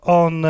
on